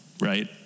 right